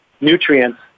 Nutrients